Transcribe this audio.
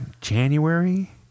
January